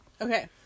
okay